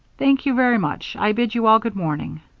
thank you very much. i bid you all good morning.